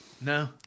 No